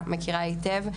היטב.